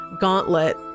gauntlet